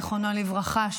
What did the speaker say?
זיכרונו לברכה,